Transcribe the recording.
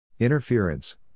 Interference